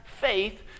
faith